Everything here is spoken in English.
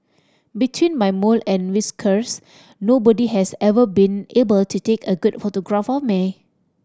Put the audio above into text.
between my mole and whiskers nobody has ever been able to take a good photograph of me